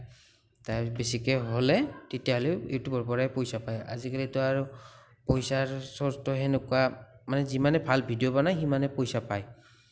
বেছি হ'লে তেতিয়াহ'লে ইউটিউবৰ পৰাই পইচা পায় আজিকালিটো আৰু পইচাৰ চ'ৰ্চটো সেনেকুৱা মানে যিমানে ভাল ভিডিঅ' বনাই সিমানে পইচা পায়